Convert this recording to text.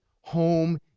home